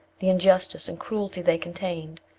the injustice and cruelty they contained,